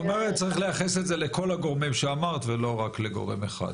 זאת אומרת צריך לייחס את זה לכל הגורמים שאמרת ולא רק לגורם אחד.